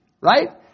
Right